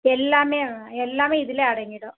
எல்லாமே எல்லாமே இதில் அடங்கிடும்